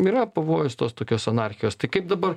yra pavojus tos tokios anarchijos tai kaip dabar